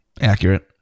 Accurate